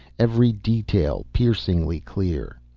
every detail piercingly clear.